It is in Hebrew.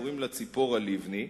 קוראים לה צפורה לבני.